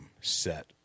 set